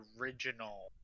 original